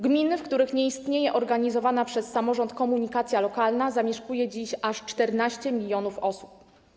Gminy, w których nie istnieje organizowana przez samorząd komunikacja lokalna, zamieszkuje dziś aż 14 mln osób.